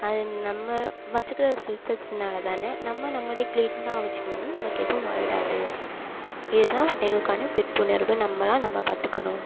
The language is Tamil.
அது நம்ம வச்சுக்கிற சுத்தத்துனால தான் நம்ம நம்முடைய கிளீனா வெச்சுக்கணுமன் நமக்கு எதுவும் ஆகிடாது இது தான் ஒரு டெங்குக்கான பிற்புணர்வு நம்மளாம் நம்மை பார்த்துக்கணும்